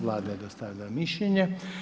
Vlada je dostavila mišljenje.